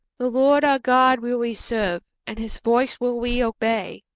the lord our god will we serve, and his voice will we obey.